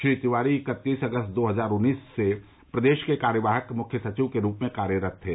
श्री तिवारी इकतीस अगस्त दो हजार उन्नीस से प्रदेश के कार्यवाहक मुख्य सचिव के रूप में कार्य कर रहे थे